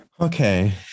Okay